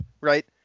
Right